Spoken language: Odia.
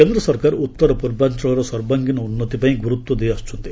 କେନ୍ଦ୍ର ସରକାର ଉତ୍ତରପୂର୍ବାଞ୍ଚଳର ସର୍ବାଙ୍ଗୀନ ଉନ୍ତି ପାଇଁ ଗୁରୁତ୍ୱ ଦେଇ ଆସୁଛନ୍ତି